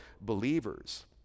believers